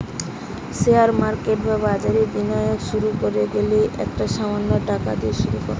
share market বা বাজারে বিনিয়োগ শুরু করতে গেলে একটা সামান্য টাকা দিয়ে শুরু করো